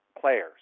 players